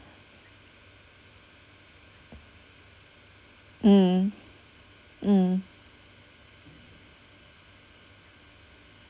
mm mm